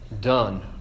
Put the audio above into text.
done